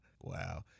Wow